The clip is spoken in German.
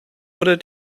oder